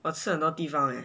我吃很多地方 leh